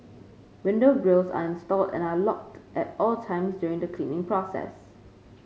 window grilles are installed and are locked at all times during the cleaning process